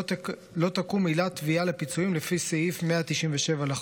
לא תקום עילת תביעה לפיצויים לפני סעיף 197 לחוק.